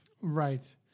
Right